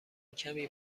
کمی